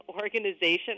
organization